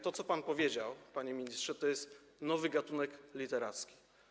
To, co pan powiedział, panie ministrze, to jest nowy gatunek literacki.